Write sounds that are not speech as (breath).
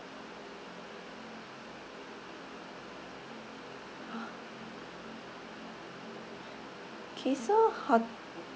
(breath) K so hot~